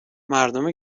مردم